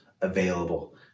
available